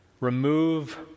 Remove